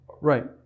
Right